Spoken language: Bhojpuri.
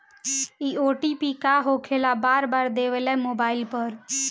इ ओ.टी.पी का होकेला बार बार देवेला मोबाइल पर?